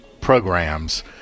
programs